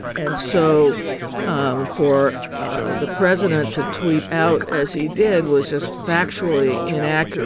and so um for ah the president to tweet out as he did was just factually inaccurate